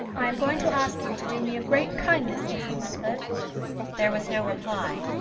i am going to ask you to do me a great kindness, mrs. mumford there was no reply.